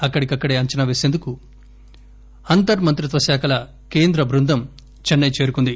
అక్కడికక్కడే అంచనా పేసేందుకు అంతర్ మంత్రిత్వశాఖల కేంద్ర బృందం చెన్న య్ చేరుకుంది